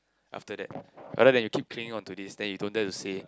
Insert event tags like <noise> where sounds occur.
after that <noise> rather than you keep clinging on to this then you don't dare to say